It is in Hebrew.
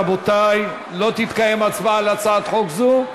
רבותי, לא תתקיים הצבעה על הצעת חוק זו.